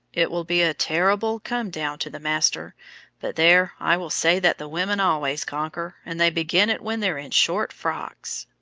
it will be a terrible come-down to the master but there, i will say that the women always conquer, and they begin it when they're in short frocks.